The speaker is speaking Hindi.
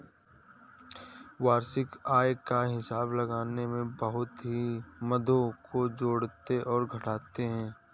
वार्षिक आय का हिसाब लगाने में बहुत सी मदों को जोड़ते और घटाते है